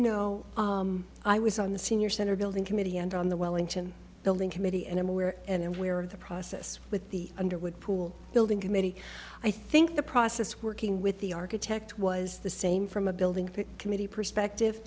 no i was on the senior center building committee and on the wellington building committee and i'm aware and we were the process with the underwood pool building committee i think the process working with the architect was the same from a building committee perspective